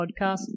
podcast